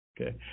okay